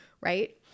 right